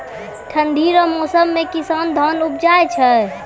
ठंढी रो मौसम मे किसान धान उपजाय छै